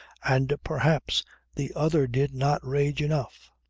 and perhaps the other did not rage enough.